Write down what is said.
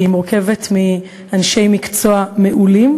היא מורכבת מאנשי מקצוע מעולים,